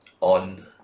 on